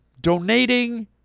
Donating